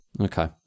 Okay